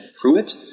Pruitt